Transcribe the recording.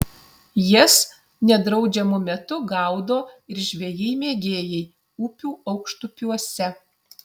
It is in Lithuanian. jas nedraudžiamu metu gaudo ir žvejai mėgėjai upių aukštupiuose